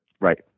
Right